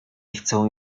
chcę